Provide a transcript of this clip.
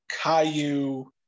Caillou